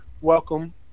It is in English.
welcome